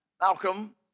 Malcolm